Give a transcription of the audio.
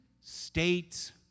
States